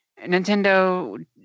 nintendo